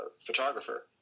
photographer